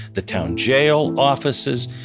the town jail, offices,